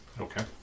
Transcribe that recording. Okay